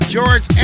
George